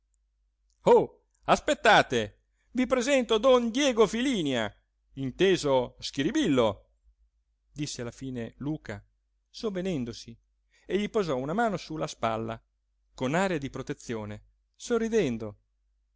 aspettate vi presento don diego filínia inteso schiribillo disse alla fine luca sovvenendosi e gli posò una mano su la spalla con aria di protezione sorridendo